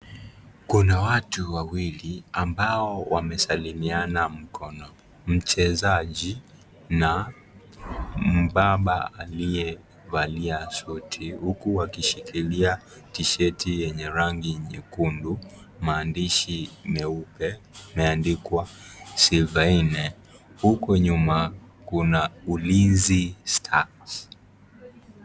Kuna watu wawili ambao wamesalimiana mkono. Mchezaji na mbaba aliyevalia shoti huku wakishikilia tishati yenye rangi nyekundu, maandishi meupe imeandikwa " Silver Inn". Huko nyuma kuna Ulinzi Stars.